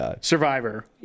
survivor